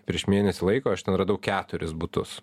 prieš mėnesį laiko aš ten radau keturis butus